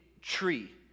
tree